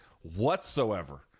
whatsoever